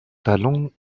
talent